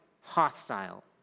hostile